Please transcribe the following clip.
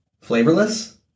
Flavorless